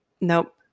Nope